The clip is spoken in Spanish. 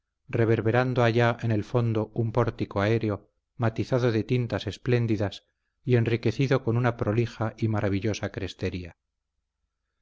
reverberando allá en el fondo un pórtico aéreo matizado de tintas espléndidas y enriquecido con una prolija y maravillosa crestería